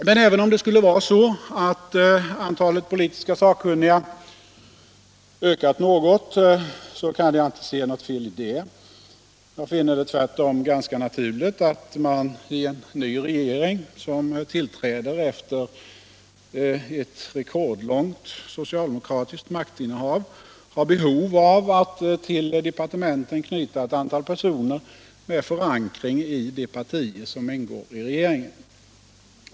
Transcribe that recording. Men även om det skulle vara så att antalet politiska sakkunniga ökat något kan jag inte se något fel i det. Jag finner det tvärtom ganska naturligt att man i en ny regering, som tillträder efter ett rekordlångt socialdemokratiskt maktinnehav, har behov av att till departementen knyta ett antal personer med förankring i de partier som ingår i regeringen.